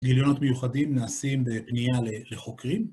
גיליונות מיוחדים נעשים בפנייה לחוקרים.